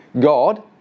God